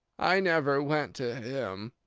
i never went to him,